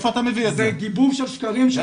זה גיבוב של שקרים.